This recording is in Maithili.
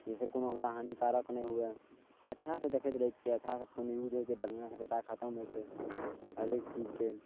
जाहिसे कोनो हमरा हानिकारक नहि हुए अच्छा से देखैत रहै छियै अच्छा से फोन यूज होइ छै बढ़िआँ से डाटा खत्म होइ छै हरेक चीजके